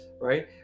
right